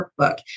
workbook